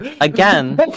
Again